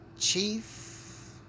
Chief